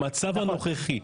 במצב הנוכחי.